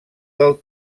del